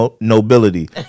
nobility